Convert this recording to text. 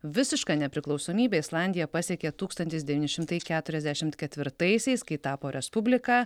visišką nepriklausomybę islandija pasiekė tūkstantis devyni šimtai keturiasdešimt ketvirtaisiais kai tapo respublika